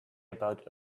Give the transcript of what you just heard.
about